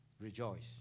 rejoice